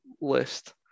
list